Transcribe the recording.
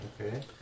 Okay